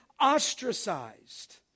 ostracized